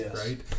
right